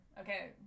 Okay